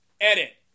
edit